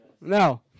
No